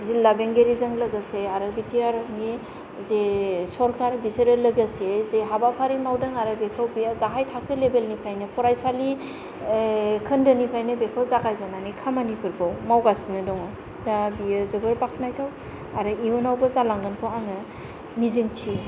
जिल्ला बेंगिरिजों लोगोसे आरो बि टि आर नि जे सरखार बिसोरो लोगोसे जे हाबाफारि मावदों आरो बेखौ बियो गाहाइ थाखोनि लेभेल निफ्रायनो फरायसालि खोन्दोनिफायनो बेखौ जागाय जेननानै खामानि फोरखौ मावगासिनो दङ दा बियो जोबोर बाखनायथाव आरो इयुनावबो जालांगोनखौ आङो मिजिंथियो